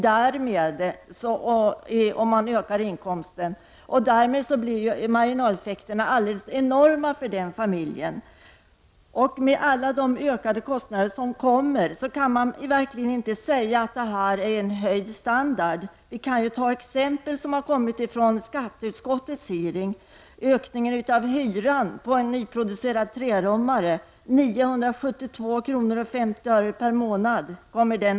Därmed blir ju marginaleffekten alldeles enorm för familjen. Med tanke på alla dessa ökade kostnader kan man verkligen inte tala om höjd standard. Jag kan ta ett exempel från skatteutskottets hearing på ökning av hyran på en nyproducerad trerummare. Hyrorna i allmännyttan stiger med 972:50 kr.